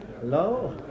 Hello